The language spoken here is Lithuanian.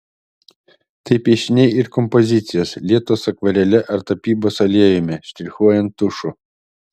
tai piešiniai ir kompozicijos lietos akvarele ar tapybos aliejumi štrichuojant tušu